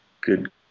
good